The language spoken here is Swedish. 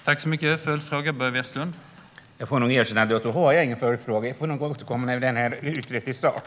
Herr talman! Jag får nog erkänna att jag inte har någon följdfråga. Vi får återkomma när det är utrett i sak.